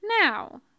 Now